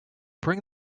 bring